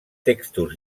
textos